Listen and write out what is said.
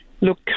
Look